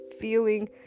feeling